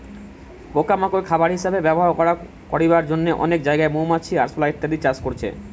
পোকা মাকড় খাবার হিসাবে ব্যবহার করবার জন্যে অনেক জাগায় মৌমাছি, আরশোলা ইত্যাদি চাষ করছে